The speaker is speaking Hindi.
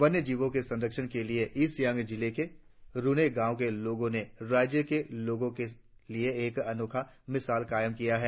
वन्य जीवों के संरक्षण के लिये ईस्ट सियांग जिले के रुने गांव के लोगों ने राज्य के लोगों के लिए एक अनोखी मिशाल कायम की है